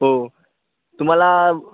हो तुम्हाला